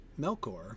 Melkor